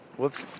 whoops